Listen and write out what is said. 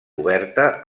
oberta